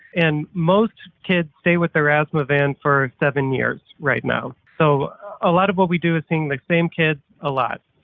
and most kids stay with their asthma vans for seven years right now. so a lot of what we do is seeing the same kids a lot.